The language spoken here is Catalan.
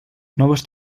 noves